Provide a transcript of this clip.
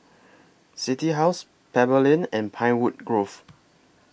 City House Pebble Lane and Pinewood Grove